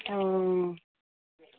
অঁ